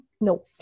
no